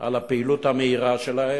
על הפעילות המהירה שלהם.